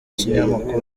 kinyamakuru